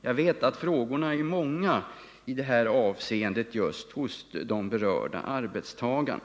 Jag vet att frågorna är många hos de berörda arbetstagarna.